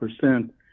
percent